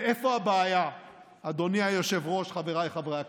ואיפה הבעיה, אדוני היושב-ראש, חבריי חברי הכנסת?